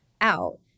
out